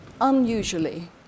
unusually